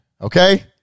Okay